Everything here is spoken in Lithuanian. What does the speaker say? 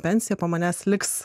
pensiją po manęs liks